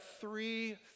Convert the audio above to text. three